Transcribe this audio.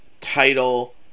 title